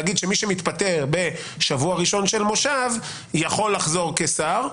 להגיד שמי שמתפטר בשבוע הראשון של המושב יכול לחזור כשר,